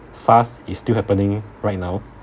SARS is still happening right now